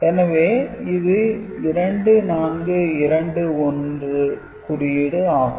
எனவே இது 2421 குறியீடு ஆகும்